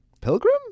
Pilgrim